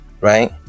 Right